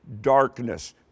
darkness